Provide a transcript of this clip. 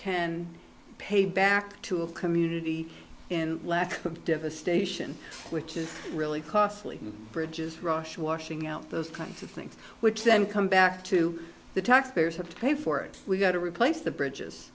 can pay back to a community in lack of devastation which is really costly bridges rush washing out those kinds of things which then come back to the taxpayers have to pay for it we've got to replace the bridges